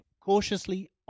cautiously